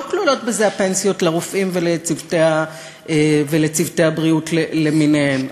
לא כלולות בזה הפנסיות לרופאים ולצוותי הבריאות למיניהם.